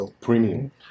premium